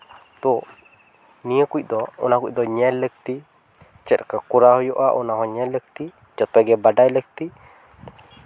ᱛᱚ ᱱᱤᱭᱟᱹ ᱠᱩᱡ ᱫᱚ ᱚᱱᱟ ᱠᱚ ᱫᱚ ᱧᱮᱞ ᱞᱟᱹᱠᱛᱤ ᱪᱮᱫ ᱠᱚ ᱠᱚᱨᱟᱣ ᱦᱩᱭᱩᱜᱼᱟ ᱚᱱᱟ ᱦᱚᱸ ᱧᱮᱞ ᱞᱟᱹᱠᱛᱤ ᱡᱚᱛᱜᱮ ᱵᱟᱰᱟᱭ ᱞᱟᱹᱠᱛᱤ